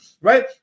right